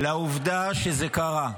לעובדה שזה קרה.